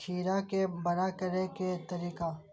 खीरा के बड़ा करे के तरीका?